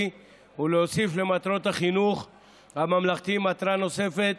ולהוסיף למטרות החינוך הממלכתי מטרה נוספת: